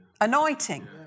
anointing